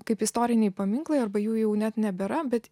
kaip istoriniai paminklai arba jų jau net nebėra bet